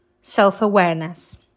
self-awareness